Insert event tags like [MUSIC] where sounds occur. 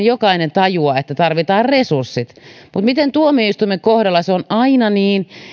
[UNINTELLIGIBLE] jokainen tajuaa että tarvitaan resurssit mutta miten tuomioistuimen kohdalla se on aina niin